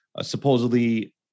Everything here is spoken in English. supposedly